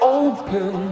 open